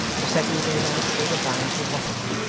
the second gave out that they were bound for wapping,